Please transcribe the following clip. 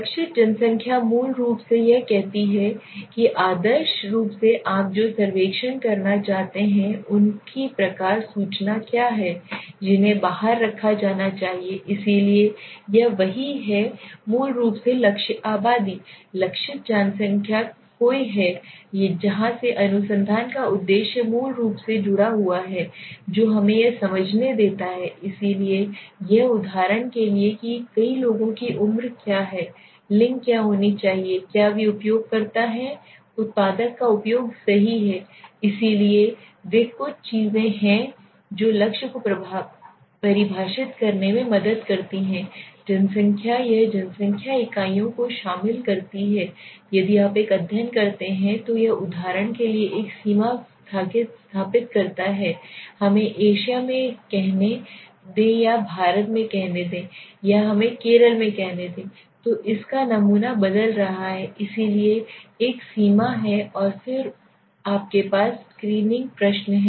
लक्षित जनसंख्या मूल रूप से यह कहती है कि आदर्श रूप से आप जो सर्वेक्षण करना चाहते हैं उनके प्रकार सूचना क्या हैं जिन्हें बाहर रखा जाना चाहिए इसलिए यह वही है मूल रूप से लक्ष्य आबादी लक्षित जनसंख्या कोई है जहाँ से अनुसंधान का उद्देश्य मूल रूप से जुड़ा हुआ है जो हमें यह समझने देता है इसलिए यह उदाहरण के लिए कि लोगों की उम्र क्या है लिंग क्या होना चाहिए क्या वे उपयोगकर्ता हैं उत्पाद का उपयोग सही है इसलिए वे कुछ चीजें हैं जो लक्ष्य को परिभाषित करने में मदद करती हैं जनसंख्या यह जनसंख्या इकाइयों को शामिल करती है यदि आप एक अध्ययन करते हैं तो यह उदाहरण के लिए एक सीमा स्थापित करता है हमें एशिया में कहने दो या हमें भारत में कहने दो या हमें केरल में कहने दो तो इसका नमूना बदल रहा है इसलिए एक सीमा है और फिर आपके पास स्क्रीनिंग प्रश्न हैं